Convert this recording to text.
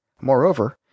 Moreover